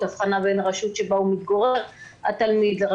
בהבחנה בין רשות שבה מתגורר התלמיד לבין